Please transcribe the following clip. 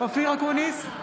אופיר אקוניס,